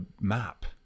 map